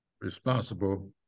responsible